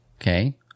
Okay